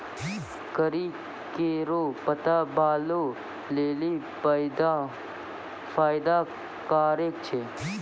करी केरो पत्ता बालो लेलि फैदा कारक छै